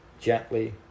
gently